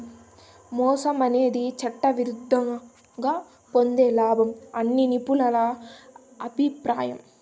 మోసం అనేది చట్టవిరుద్ధంగా పొందే లాభం అని నిపుణుల అభిప్రాయం